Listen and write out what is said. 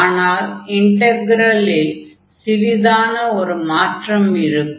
ஆனால் இன்டக்ரலில் சிறிதான ஒரு மாற்றம் இருக்கும்